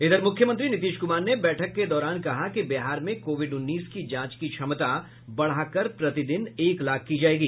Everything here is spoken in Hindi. इधर मुख्यमंत्री नीतीश कुमार ने बैठक के दौरान कहा कि बिहार में कोविड उन्नीस की जांच की क्षमता बढ़ाकर प्रतिदिन एक लाख की जायेगी